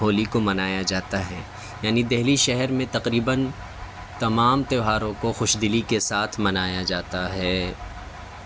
ہولی کو منایا جاتا ہے یعنی دہلی شہر میں تقریباً تمام تیوہاروں کو خوش دلی کے ساتھ منایا جاتا ہے